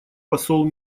посол